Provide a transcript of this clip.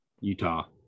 Utah